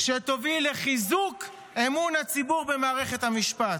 שתוביל לחיזוק אמון הציבור במערכת המשפט.